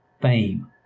fame